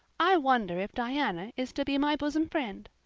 i wonder if diana is to be my bosom friend.